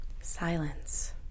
Silence